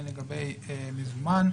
הן לגבי מזומן,